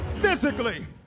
physically